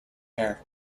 air